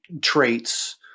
traits